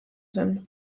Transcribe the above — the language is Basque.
zen